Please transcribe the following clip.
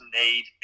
need